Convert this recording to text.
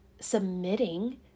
submitting